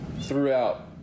throughout